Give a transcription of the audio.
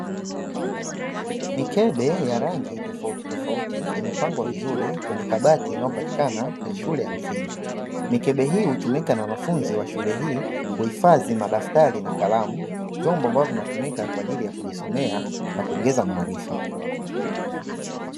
Mikebe ya rangi tofautitofauti imepangwa vizuri kwenye kabati inayopatikana kwenye shule ya msingi, mikebe hii hutumika na wanafunzi wa shule hii kuhifadhi madaftari na kalamu, vyombo ambavyo vinatumika kwa ajili ya kujisomea na kuongeza maarifa.